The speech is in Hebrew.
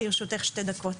לרשותך שתי דקות.